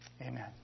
Amen